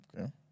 Okay